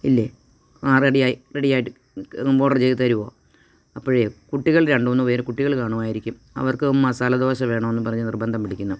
ഇല്ലേ ആ റെഡിയായി റെഡിയായിട്ട് ഓർഡർ ചെയ്ത് തരുവോ അപ്പോഴേ കുട്ടികൾ രണ്ട് മൂന്ന് പേർ കുട്ടികൾ കാണുവായിരിക്കും അവർക്ക് മസാല ദോശ വേണമെന്ന് പറഞ്ഞ് നിർബന്ധം പിടിക്കുന്നു